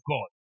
God